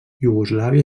iugoslàvia